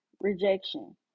rejection